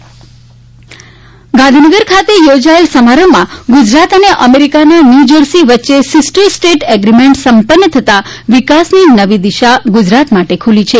Gujarat New Jersey કરાર ગાંધીનગર ખાતે યોજાયેલા સમારંભમાં ગુજરાત અને અમેરિકાના ન્યૂજર્સી વચ્ચે સિસ્ટર સ્ટેટ એગ્રીમેન્ટ સંપન્ન થતા વિકાસની નવી દિશા ગુજરાત માટે ખુલી છે